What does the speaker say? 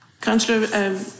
Councillor